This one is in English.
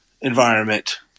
environment